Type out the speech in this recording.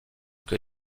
que